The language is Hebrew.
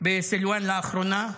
בסילואן לאחרונה.